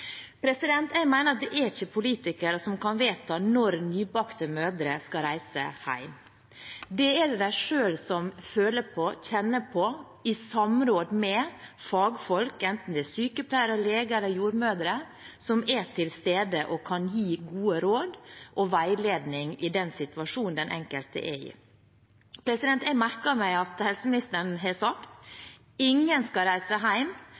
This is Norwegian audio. Jeg mener at det ikke er politikere som skal vedta når nybakte mødre skal reise hjem. Det er det de selv som føler på, kjenner på, i samråd med fagfolk, enten det er sykepleiere, leger eller jordmødre, som er til stede og kan gi gode råd og veiledning i den situasjonen den enkelte er i. Jeg merker meg at helseministeren har sagt: «Ingen skal reise